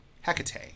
Hecate